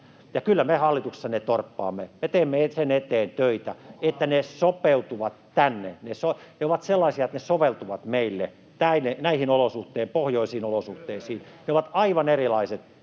kyllä me hallituksessa ne torppaamme. Me teemme sen eteen töitä, [Petri Huru: Koko hallitus?] että ne sopeutuvat tänne, että ne ovat sellaisia, että ne soveltuvat meille näihin olosuhteisiin, pohjoisiin olosuhteisiin — ne ovat aivan erilaiset